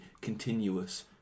Continuous